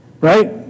Right